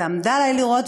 ועמדה על כך שאראה,